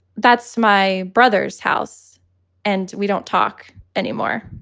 that's my brother's house and we don't talk anymore.